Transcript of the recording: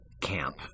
camp